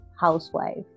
housewife